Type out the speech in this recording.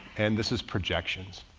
and this is projections.